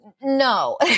no